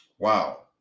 Wow